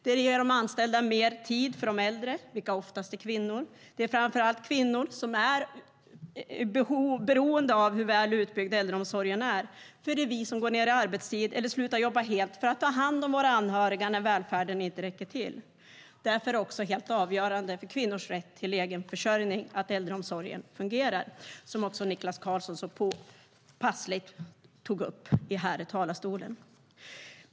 Det ger de anställda mer tid för de äldre, vilka oftast är kvinnor. Det är framför allt kvinnor som är beroende av hur väl utbyggd äldreomsorgen är. Det är vi som går ned i arbetstid - eller slutar jobba helt - för att ta hand om våra anhöriga när välfärden inte räcker till. Därför är det också helt avgörande för kvinnors rätt till en egen försörjning att äldreomsorgen fungerar, vilket också Niklas Karlsson så påpassligt tog upp här i talarstolen.